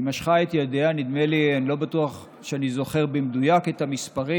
היא משכה את ידיה אני לא בטוח שאני זוכר במדויק את המספרים.